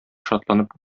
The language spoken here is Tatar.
шатланып